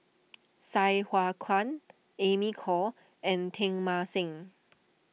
Sai Hua Kuan Amy Khor and Teng Mah Seng